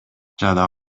жада